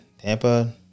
Tampa